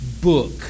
book